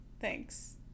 thanks